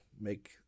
make